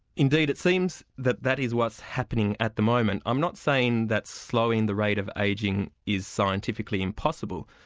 indeed it seems that that is what's happening at the moment. i'm not saying that slowing the rate of ageing is scientifically impossible,